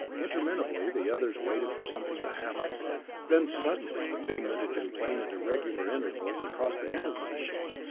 interminably the others waited for something to happen then suddenly the beam that had been playing at irregular intervals across the end of the machine,